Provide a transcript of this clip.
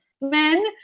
men